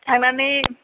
थांनानै